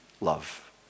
love